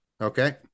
Okay